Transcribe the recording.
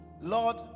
Lord